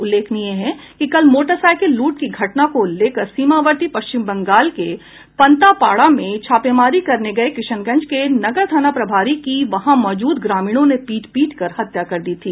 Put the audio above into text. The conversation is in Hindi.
उल्लेखनीय है कि कल मोटरसाईकिल लूट की घटना को लेकर सीमावर्ती पश्चिम बंगाल के पनतापाड़ा में छापेमारी करने गये किशनगंज के नगर थाना प्रभारी की वहां मौजूद ग्रामीणों ने पीट पीट कर हत्या कर दी थी